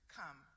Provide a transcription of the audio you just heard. come